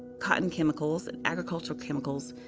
cotton chemicals, and agricultural chemicals,